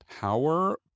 power